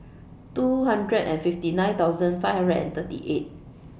two hundred and fifty nine thousand five hundred and thirty eight